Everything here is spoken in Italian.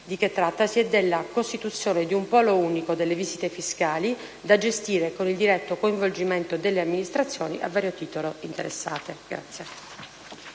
di cui trattasi e della costituzione di un polo unico delle visite fiscali da gestire con il diretto coinvolgimento delle amministrazioni a vario titolo interessate.